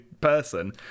Person